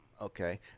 Okay